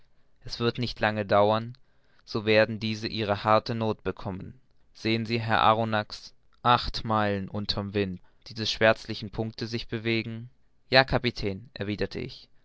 es wird nicht lange dauern so werden diese ihre harte noth bekommen sehen sie herr arronax acht meilen unter'm wind diese schwärzlichen punkte sich bewegen ja kapitän erwiderte ich